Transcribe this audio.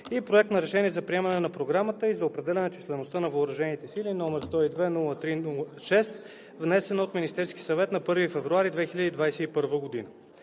и Проект на решение за приемане на Програмата и за определяне числеността на въоръжените сили, № 102-03-6, внесен от Министерския съвет на 1 февруари 2021 г.